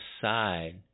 side